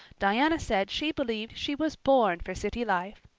diana said she believed she was born for city life.